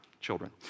children